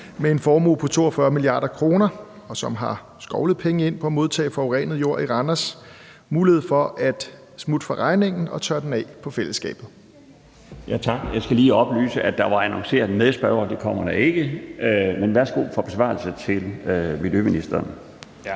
med en formue på 42 mia. kr., som har skovlet penge ind på at modtage forurenet jord i Randers, mulighed for at smutte fra regningen og tørre den af på fællesskabet? Kl. 13:19 Den fg. formand (Bjarne Laustsen): Tak. Jeg skal lige oplyse, at der var annonceret en medspørger. Det kommer der ikke. Men værsgo til miljøministeren for